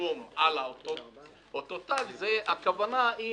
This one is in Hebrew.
שרשום על אותו תג, הכוונה היא